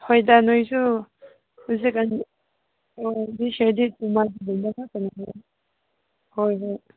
ꯍꯣꯏꯗ ꯅꯣꯏꯁꯨ ꯍꯧꯖꯤꯛ ꯀꯥꯟ ꯈꯛꯇ ꯉꯥꯏꯔꯦ ꯍꯣꯏ ꯍꯣꯏ